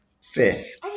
fifth